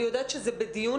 אני יודעת שזה בדיון,